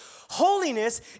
Holiness